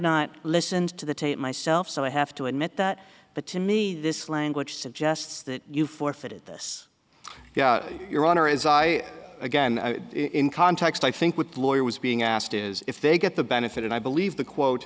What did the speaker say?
not listened to the tape myself so i have to admit that but to me this language suggests that you forfeited this your honor is i again in context i think with the lawyer was being asked is if they get the benefit and i believe the quote